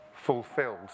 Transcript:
fulfilled